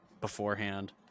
beforehand